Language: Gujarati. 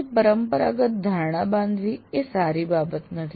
તેવી પરંપરાગત ધારણા બાંધવી એ સારી બાબત નથી